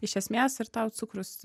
iš esmės ir tau cukrus